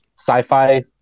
sci-fi